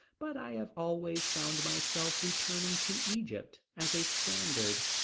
but i have always found myself returning to egypt as a standard.